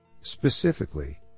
Specifically